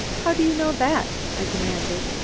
how do you know that? i demanded.